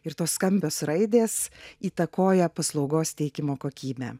ir tos skambios raidės įtakoja paslaugos teikimo kokybę